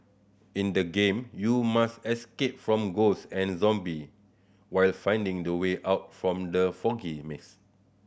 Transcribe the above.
in the game you must escape from ghost and zombie while finding the way out from the foggy maze